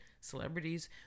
celebrities